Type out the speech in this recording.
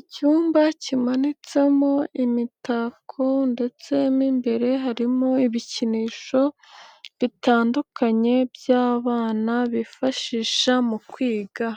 Icyumba kimanitsemo imitako ndetse mo imbere harimo ibikinisho, bitandukanye by'abana bifashisha mu kwiga,